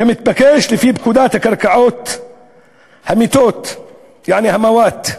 כמתבקש לפי פקודת הקרקעות המתות, יעני המוואת,